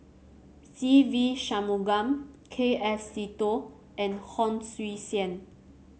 Se Ve Shanmugam K F Seetoh and Hon Sui Sen